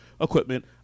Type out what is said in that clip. equipment